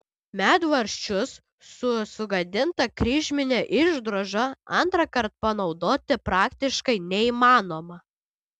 medvaržčius su sugadinta kryžmine išdroža antrąkart panaudoti praktiškai neįmanoma